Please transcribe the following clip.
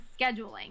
scheduling